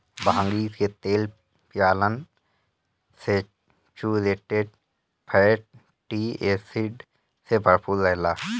भांगी के तेल पालियन सैचुरेटेड फैटी एसिड से भरपूर रहेला